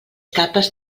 capes